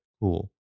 Cool